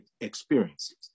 experiences